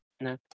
No